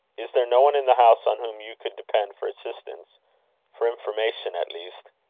is there no one in the house on whom you could depend for assistance for information, at least?